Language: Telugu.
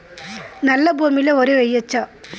నల్లా భూమి లో వరి వేయచ్చా?